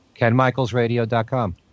KenMichaelsRadio.com